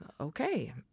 okay